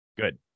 Good